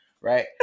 right